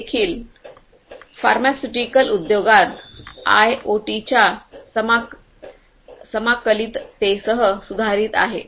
हे देखील फार्मास्युटिकल उद्योगात आयओटीच्या समाकलिततेसह सुधारित आहे